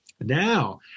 now